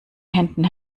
händen